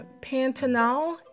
Pantanal